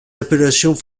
appellations